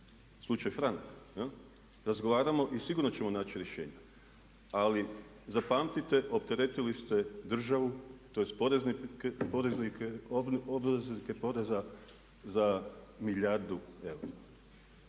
slučaju franak, razgovaramo i sigurno ćemo naći rješenja, ali zapamtite opteretili ste državu, tj. poreznike, obveznike poreza za milijardu eura.